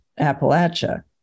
Appalachia